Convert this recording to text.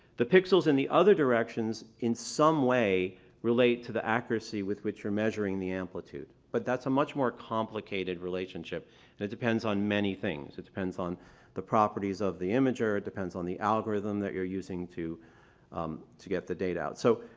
the pixels in the other directions in some way relate to the accuracy with which you're measuring the amplitude. but that's a much more complicated relationship and that depends on many things. it depends on the properties of the imager, it depends on the algorithm that you're using to to get the data out. so,